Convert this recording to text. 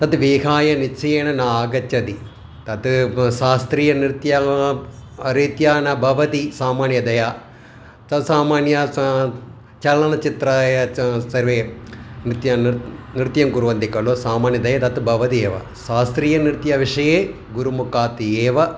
तद् विहाय निश्चयेन न आगच्छति तत् शास्त्रीयनृत्यरीत्या न भवति सामान्यतया तत् सामान्यं स चलनचित्रम् एव च सर्वे नृत्यं नृत्यं नृत्यं कुर्वन्ति खलु सामान्यतया तत् भवति एव शास्त्रीयनृत्यविषये गुरुमुखात् एव